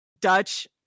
Dutch